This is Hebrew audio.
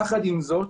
יחד עם זאת,